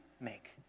make